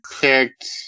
picked